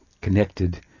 connected